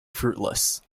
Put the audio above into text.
fruitless